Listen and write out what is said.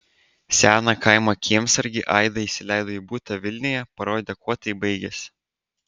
seną kaimo kiemsargį aida įsileido į butą vilniuje parodė kuo tai baigėsi